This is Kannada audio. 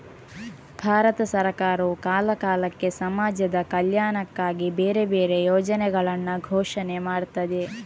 ಭಾರತ ಸರಕಾರವು ಕಾಲ ಕಾಲಕ್ಕೆ ಸಮಾಜದ ಕಲ್ಯಾಣಕ್ಕಾಗಿ ಬೇರೆ ಬೇರೆ ಯೋಜನೆಗಳನ್ನ ಘೋಷಣೆ ಮಾಡ್ತದೆ